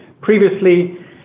previously